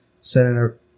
Senator